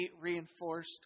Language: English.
reinforced